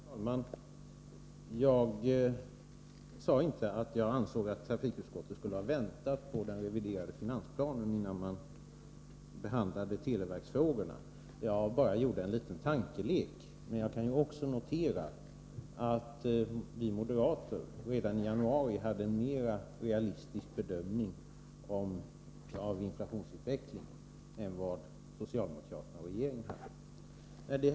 Herr talman! Jag sade inte att jag ansåg att trafikutskottet skulle ha väntat på den reviderade finansplanen innan man behandlade televerksfrågorna. Jag gjorde bara en liten tankelek. Men jag kan också notera att vi moderater redan i januari hade en mer realistisk bedömning av inflationsutvecklingen än vad socialdemokratin och regeringen hade.